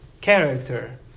character